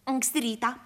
anksti rytą